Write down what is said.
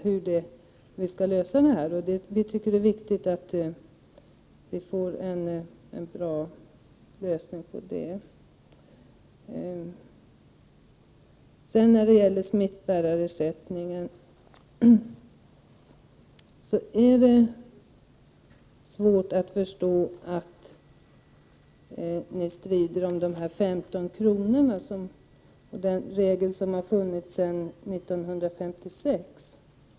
Vi anser att det är viktigt att vi får till stånd en bra lösning. När det gäller smittbärarersättningen är det svårt att förstå att ni strider om dessa 15 kr. och den regel som funnits sedan 1956.